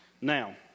Now